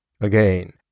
Again